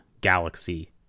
Galaxy